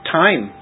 time